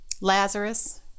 Lazarus